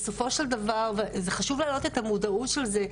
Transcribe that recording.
זה חשוב להעלות את המודעות של זה.